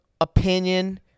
opinion